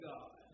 God